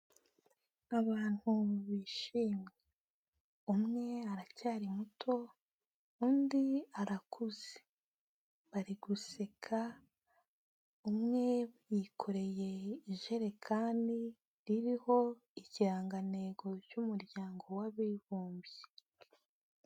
Abantu bishimye, umwe aracyari muto undi arakuze, bari guseka, umwe yikoreye ijerekani ririho ikirangantego cy'umuryango w'Abibumbye.